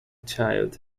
child